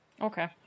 Okay